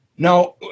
Now